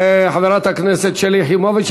חברת הכנסת שלי יחימוביץ,